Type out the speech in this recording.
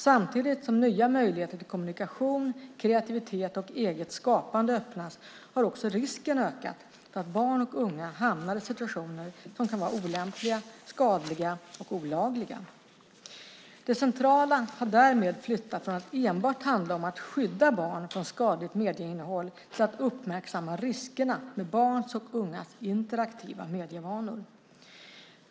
Samtidigt som nya möjligheter till kommunikation, kreativitet och eget skapande öppnas har också risken ökat för att barn och unga hamnar i situationer som kan vara olämpliga, skadliga och olagliga. Det centrala har därmed flyttat från att enbart handla om att skydda barn från skadligt medieinnehåll till att uppmärksamma riskerna med barns och ungas interaktiva medievanor.